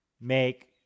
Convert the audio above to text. make